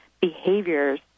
behaviors